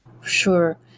Sure